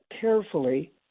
carefully